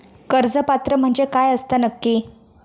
कर्ज पात्र म्हणजे काय असता नक्की?